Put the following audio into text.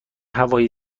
هوای